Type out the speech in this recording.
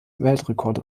weltrekorde